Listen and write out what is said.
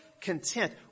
content